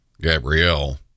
Gabrielle